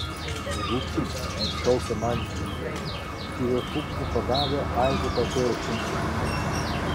žudyk šaukia mantvydas ir jo šūksnį pagavę aidu kartoja šimtininkai